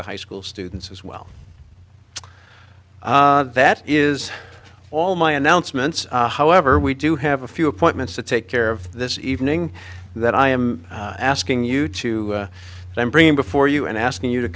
the high school students as well that is all my announcements however we do have a few appointments to take care of this evening that i am asking you to them bringing before you and asking you to